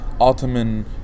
Ottoman